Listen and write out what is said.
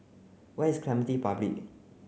where is Clementi Public